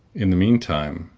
in the mean time,